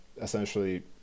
essentially